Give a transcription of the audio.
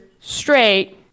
straight